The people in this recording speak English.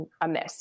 amiss